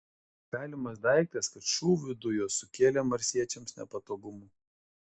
galimas daiktas kad šūvių dujos sukėlė marsiečiams nepatogumų